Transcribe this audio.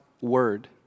word